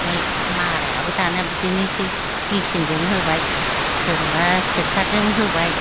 फाय मारायाबो दाना बिदिनोसै मेचिनजों होबाय सोरहाबा ट्रेक्टरजों होबाय